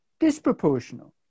disproportional